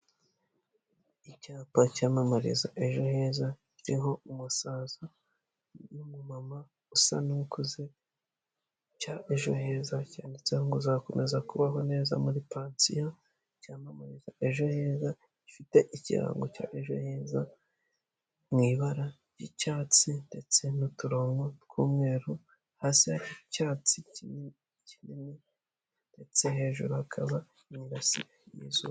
Icyapa cyamamariza ejo heza kiriho umusaza n'umumama usa n'ukuze, cya ejo hereza cyanditseho ngo uzakomeza kubaho neza muri pansiyo, cyamamariza ejo heza ifite ikirango cya ejo heza mu ibara ry'icyatsi ndetse n'uturongonko tw'umweru, hasi hasa icyatsi kinini ndetse hejuru hakaba imirasire y'izuba.